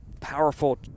powerful